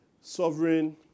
Sovereign